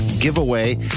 giveaway